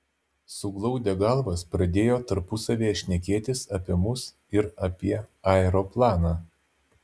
suglaudę galvas pradėjo tarpusavyje šnekėtis apie mus ir apie aeroplaną